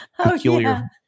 peculiar –